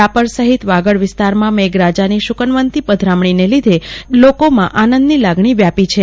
રાપર સહિત વાગડ વિસ્તારમાં મેઘરાજાની શુકનવંતી પધરામણીને લીધે લોકોમાં આનંદની લાગણી વ્યાપી છે